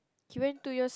he went two years